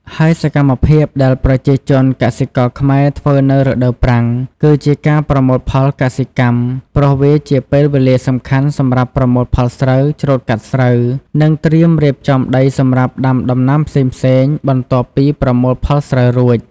ហើយសកម្មភាពដែលប្រជាជនកសិករខ្មែរធ្វើនៅរដូវប្រាំង គឺជាការប្រមូលផលកសិកម្ម ព្រោះវាជាពេលវេលាសំខាន់សម្រាប់ប្រមូលផលស្រូវ ច្រូតកាត់ ស្រូវ និងត្រៀមរៀបចំដីសម្រាប់ដាំដំណាំផ្សេងៗបន្ទាប់ពីប្រមូលផលស្រូវស្រួច។